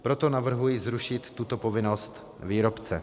Proto navrhuji zrušit tuto povinnost výrobce.